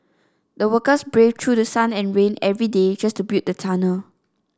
the workers braved through sun and rain every day just to build the tunnel